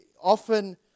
often